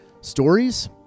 stories